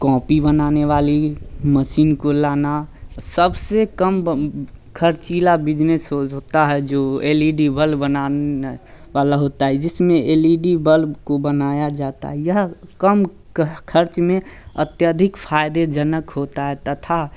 copy बनाने वाली machine को लाना सबसे कम खर्चीला बिजनेस हो सकता है जो एल ई डी वल्ब बनाने वाला होता है जिसमें एल ई डी बल्ब को बनाया जाता है यह कम खर्च में अत्यधिक फायदे जनक होता है तथा